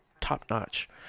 top-notch